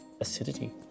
acidity